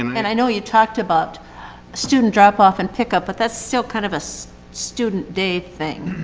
um and i know you talked about student drop off and pick up but that's still kind of a so student day thing.